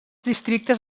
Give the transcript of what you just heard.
districtes